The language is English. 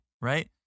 Right